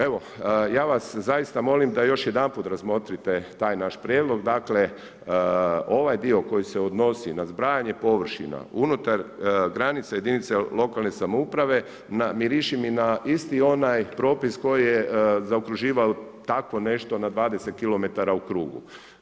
Evo, ja vas zaista molim da još jedanput razmotrite taj naš prijedlog, dakle ovaj dio koji se odnosi na zbrajanje površina unutar granica jedinica lokalne samouprave, miriši mi na isto onaj propis koji je zaokruživao tako nešto na 20 kilometara u krugu.